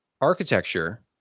architecture